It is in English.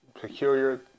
peculiar